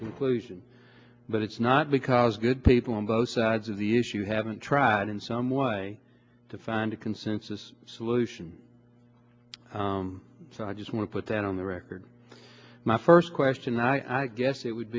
conclusion but it's not because good people on both sides of the issue haven't tried in some way to find a consensus solution i want to put that on the record my first question i guess it would